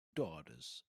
daughters